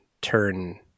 turn